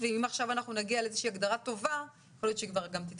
ואם עכשיו אנחנו נגיע לאיזה שהיא הגדרה טובה יכול להיות שהיא גם תתקבל.